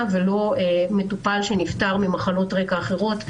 ולא מטופל שנפטר ממחלות רקע אחרות,